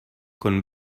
con